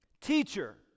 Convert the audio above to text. Teacher